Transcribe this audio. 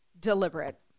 deliberate